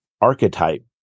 archetype